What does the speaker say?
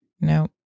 No